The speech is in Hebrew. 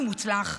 מבוסס ומוצלח,